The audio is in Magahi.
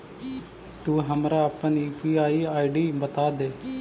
तु हमरा अपन यू.पी.आई आई.डी बतादे